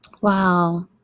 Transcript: wow